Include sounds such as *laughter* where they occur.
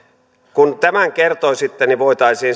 kun tämän kertoisitte niin voitaisiin *unintelligible*